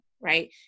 right